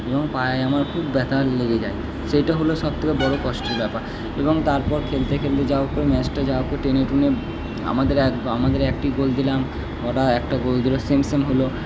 এবং পায়ে আমার খুব ব্যাথা লেগে যায় সেইটা হলো সব থেকে বড়ো কষ্টের ব্যাপার এবং তারপর খেলতে খেলতে যা হোক করে ম্যাচটা যা হোক করে টেনে টুনে আমাদের এক আমাদের একটি গোল দিলাম ওরা একটা গোল দিলো সেম সেম হলো